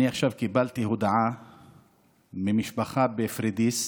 אני עכשיו קיבלתי הודעה ממשפחה בפוריידיס,